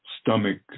stomach